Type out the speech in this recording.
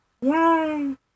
Yay